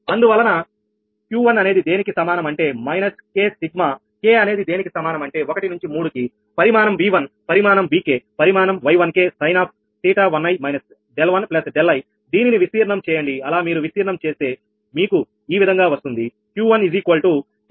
అందువలనQ1 అనేది దేనికి సమానం అంటే మైనస్ k సిగ్మా k అనేది దేనికి సమానం అంటే 1నుంచి 3 కి పరిమాణం V1 పరిమాణం Vk పరిమాణం Y1ksin𝜃1𝑖 − 𝛿1 𝛿𝑖 దీనిని విస్తీర్ణం చేయండి అలా మీరు విస్తీర్ణం చేస్తే మీకు ఈ విధంగా వస్తుంది